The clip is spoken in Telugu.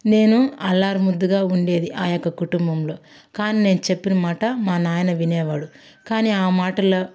నేను అల్లారు ముద్దుగా ఉండేది ఆ యొక్క కుటుంబంలో కానీ నేను చెప్పిన మాట మా నాన్న వినేవాడు కానీ ఆ మాటల